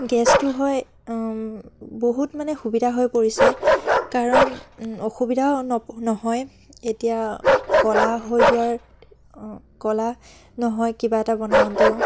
গেছটো হয় বহুত মানে সুবিধা হৈ পৰিছে কাৰণ অসুবিধাও নপ নহয় এতিয়া ক'লা হৈ যোৱাৰ ক'লা নহয় কিবা এটা বনাওতেও